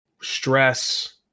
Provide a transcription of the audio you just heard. stress